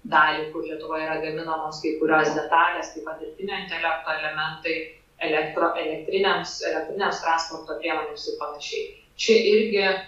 dalį kur lietuvoje yra gaminamos kai kurios detalės taip pat dirbtinio intelekto elementai elektro elektrinėms elektrinėms transporto priemonėms ir panašiai čia irgi